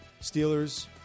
Steelers